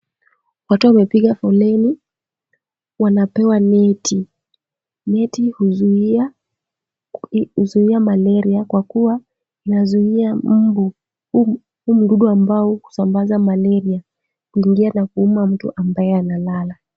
Watu wamepiga foleni, wanapewa neti. Neti huzuia malaria kwa kuwa inazuia mbu, huyu mdudu ambao husambaza malaria, kuingia na kuuma mtu ambaye amelala.